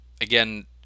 Again